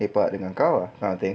lepak dengan kau ah kind of thing